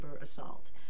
assault